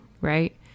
right